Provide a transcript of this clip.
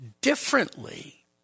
differently